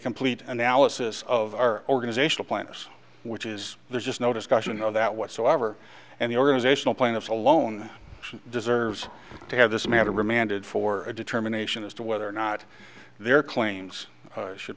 complete analysis of our organizational point which is there's just no discussion of that whatsoever and the organizational plaintiffs alone deserves to have this matter remanded for a determination as to whether or not their claims